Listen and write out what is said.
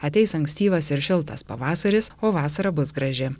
ateis ankstyvas ir šiltas pavasaris o vasara bus graži